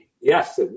Yes